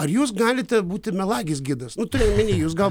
ar jūs galite būti melagis gidas nu turiu omeny jūs gal